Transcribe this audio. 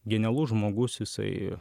genialus žmogus jisai